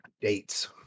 dates